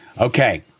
Okay